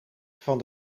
van